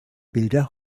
bilder